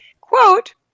Quote